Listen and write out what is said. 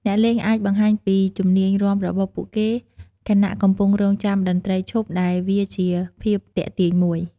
អ្នកលេងអាចបង្ហាញពីជំនាញរាំរបស់ពួកគេ ខណៈកំពុងរង់ចាំតន្ត្រីឈប់ ដែលវាជាភាពទាក់ទាញមួយ។